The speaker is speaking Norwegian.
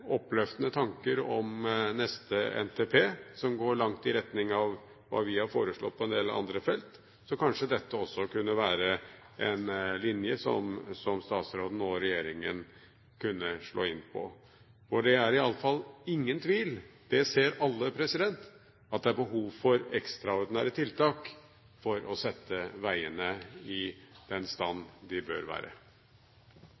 oppløftende tanker om neste NTP som går langt i retning av det vi har foreslått på en del andre felt. Så kanskje dette også kunne være en linje som statsråden og regjeringen kunne slå inn på. Det er iallfall ingen tvil – det ser alle – at det er behov for ekstraordinære tiltak for å sette veiene i den stand